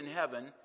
heaven